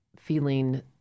feeling